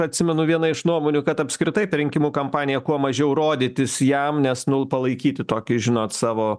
atsimenu viena iš nuomonių kad apskritai per rinkimų kampaniją kuo mažiau rodytis jam nes nu palaikyti tokį žinot savo